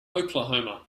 oklahoma